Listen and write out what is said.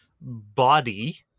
body